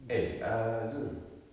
eh ah zul